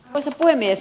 arvoisa puhemies